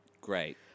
Great